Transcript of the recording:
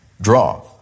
draw